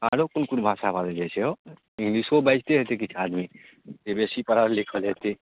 आओर कोन कोन भाषा बाजल जाइ छै हौ इङ्गलिशो बाजिते हेतै किछु आदमी जे बेसी पढ़ल लिखल हेतै